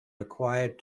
required